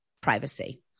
privacy